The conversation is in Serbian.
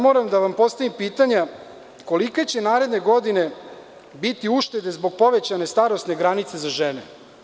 Moram da vam postavim pitanje – kolike će naredne godine biti uštede zbog povećane starosne granice za žene?